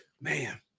man